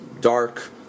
dark